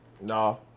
No